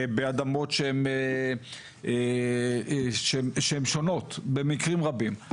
באדמות שהן שונות במקרים רבים.